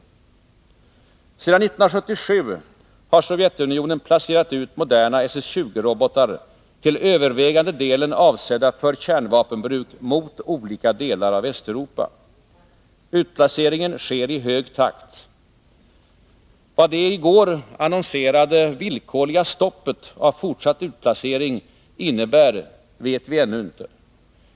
Sedan 1977 har Sovjetunionen placerat ut moderna SS 20-robotar, till övervägande delen avsedda för kärnvapenbruk mot olika delar av Västeuropa. Utplaceringen sker i hög takt. Vad det i går annonserade villkorliga stoppet av fortsatt utplacering innebär vet vi ännu inte.